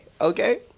Okay